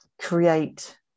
create